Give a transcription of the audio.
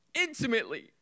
intimately